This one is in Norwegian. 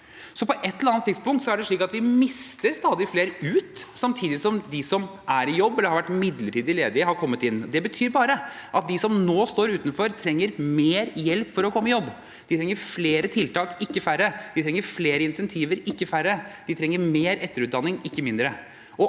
på et eller annet tidspunkt er det slik at vi mister stadig flere ut, samtidig som de som er i jobb eller har vært midlertidig ledige, har kommet inn. Det betyr bare at de som nå står utenfor, trenger mer hjelp for å komme i jobb. Vi trenger flere tiltak, ikke færre. Vi trenger flere insentiver, ikke færre. Vi trenger mer etter utdanning, ikke mindre.